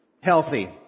healthy